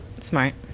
Smart